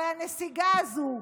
אבל הנסיגה הזאת,